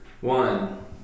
one